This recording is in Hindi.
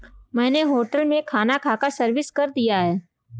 मैंने होटल में खाना खाकर सर्विस कर दिया है